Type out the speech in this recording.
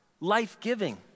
Life-giving